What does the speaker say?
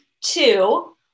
Two